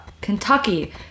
Kentucky